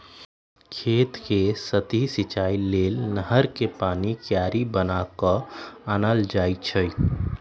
खेत कें सतहि सिचाइ लेल नहर कें पानी क्यारि बना क आनल जाइ छइ